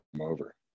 over